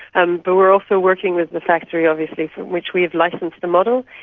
and but we are also working with the factory obviously from which we have licensed the model,